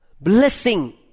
Blessing